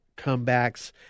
comebacks